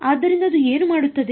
ಆದ್ದರಿಂದ ಅದು ಏನು ಮಾಡುತ್ತದೆ